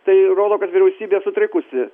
tai rodo kad vyriausybė sutrikusi